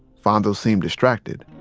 fonso seemed distracted.